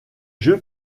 jeux